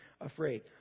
afraid